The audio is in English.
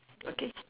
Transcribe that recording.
okay